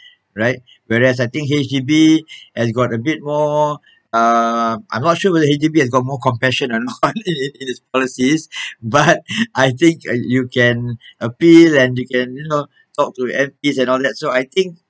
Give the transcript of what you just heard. right whereas I think H_D_B has got a bit more uh I'm not sure whether H_D_B has got more compassion or not in it in it's policies but I think you can appeal and you can you know talk to M_P and all that so I think